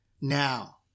Now